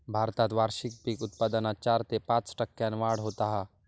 भारतात वार्षिक पीक उत्पादनात चार ते पाच टक्क्यांन वाढ होता हा